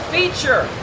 Feature